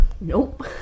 Nope